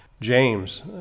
James